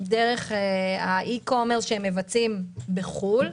דרך ה-E-commerce שהם מבצעים בחו"ל,